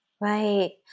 Right